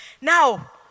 Now